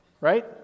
right